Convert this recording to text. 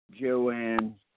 Joanne